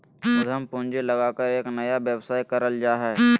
उद्यम पूंजी लगाकर एक नया व्यवसाय करल जा हइ